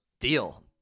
deal